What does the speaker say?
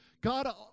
God